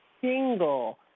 single